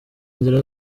inzira